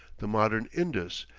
the modern indus,